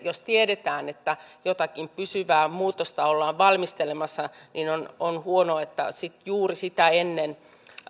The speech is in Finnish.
jos tiedetään että jotakin pysyvää muutosta ollaan valmistelemassa niin on on huono että sitten juuri sitä ennen